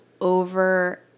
over